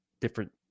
different